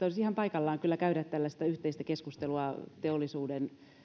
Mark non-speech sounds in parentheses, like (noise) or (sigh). (unintelligible) olisi ihan paikallaan kyllä käydä tällaista yhteistä keskustelua teollisuuden